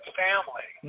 family